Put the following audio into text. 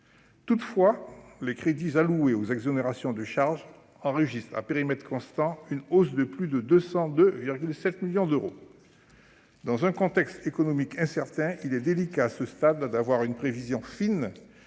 Toutefois, les crédits alloués aux exonérations de charges enregistrent, à périmètre constant, une hausse de plus de 202,7 millions d'euros. Dans un contexte économique incertain, il est délicat, à ce stade, d'établir une prévision fine